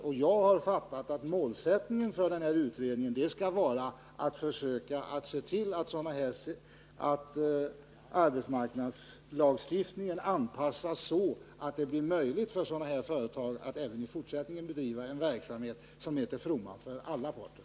Som jag har fattat det skall målsättningen för utredningen vara att försöka se till att arbetsmarknadslagstiftningen anpassas så, att det blir möjligt för sådana här företag att även i fortsättningen bedriva en verksamhet som är till fromma för alla parter.